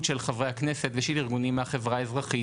של חברי הכנסת ושל ארגונים מהחברה האזרחית